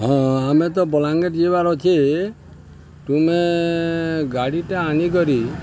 ହଁ ଆମେ ତ ବଲାଙ୍ଗୀର ଯିବାର ଅଛେ ତୁମେ ଗାଡ଼ିଟା ଆନିକରି